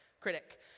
critic